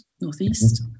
northeast